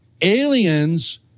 aliens